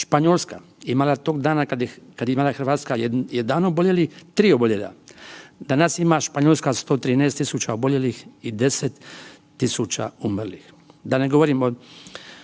Španjolska je imala tog dana kada je imala i Hrvatska 1 oboljelih 3 oboljela, danas ima Španjolska 113.000 oboljelih i 10.000 umrlih,